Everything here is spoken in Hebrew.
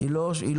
היא לא משרתת.